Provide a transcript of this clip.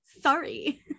sorry